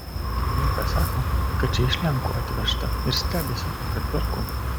kaimynka sako kad čia iš lenkų atvežta ir stebisi kad perku